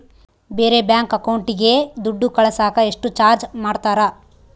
ಬೇರೆ ಬ್ಯಾಂಕ್ ಅಕೌಂಟಿಗೆ ದುಡ್ಡು ಕಳಸಾಕ ಎಷ್ಟು ಚಾರ್ಜ್ ಮಾಡತಾರ?